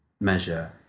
measure